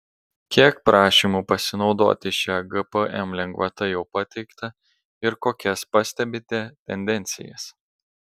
kiek prašymų pasinaudoti šia gpm lengvata jau pateikta ir kokias pastebite tendencijas